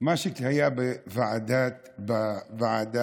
זה מה שהיה בוועדה המסדרת.